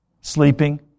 Sleeping